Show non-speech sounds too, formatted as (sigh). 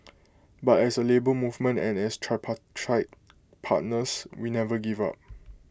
but as A Labour Movement and as (unintelligible) tripartite partners we never give up